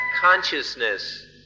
consciousness